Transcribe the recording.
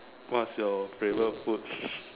what's your favorite food